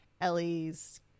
Ellie's